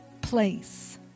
place